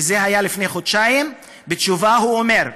וזה היה לפני חודשיים, בתשובה הוא אומר: